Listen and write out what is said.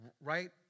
right